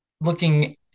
looking